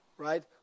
right